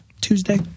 Tuesday